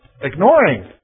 ignoring